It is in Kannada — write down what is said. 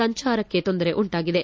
ಸಂಚಾರಕ್ಕೆ ತೊಂದರೆ ಉಂಟಾಗಿದೆ